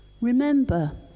remember